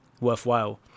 worthwhile